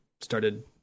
started